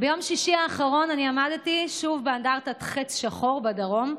ביום שישי האחרון אני עמדתי שוב באנדרטת חץ שחור בדרום.